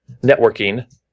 networking